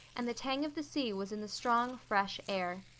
and the tang of the sea was in the strong, fresh air.